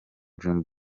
dream